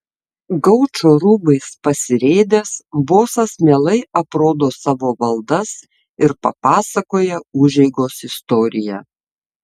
gaučo rūbais pasirėdęs bosas mielai aprodo savo valdas ir papasakoja užeigos istoriją